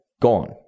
Gone